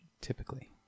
typically